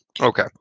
Okay